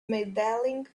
medaling